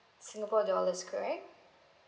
singapore dollars correct